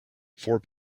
four